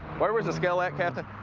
where was the scale at, kind of